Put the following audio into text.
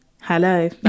hello